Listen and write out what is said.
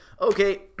okay